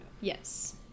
Yes